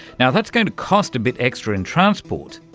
now, that's going to cost a bit extra in transport,